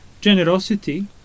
generosity